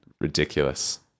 ridiculous